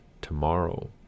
tomorrow